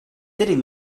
sitting